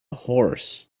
horse